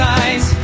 eyes